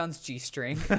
G-string